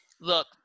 Look